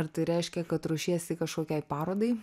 ar tai reiškia kad ruošiesi kažkokiai parodai